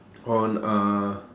on uh